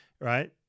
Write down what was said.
right